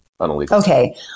okay